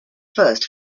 first